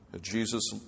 Jesus